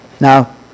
Now